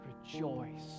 rejoice